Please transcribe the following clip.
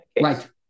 Right